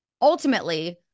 ultimately